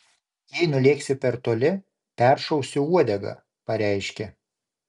jei nulėksi per toli peršausiu uodegą pareiškė